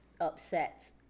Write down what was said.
upset